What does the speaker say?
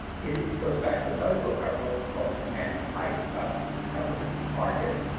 it it goes back to another book i wrote called the commanding heights about governments and markets.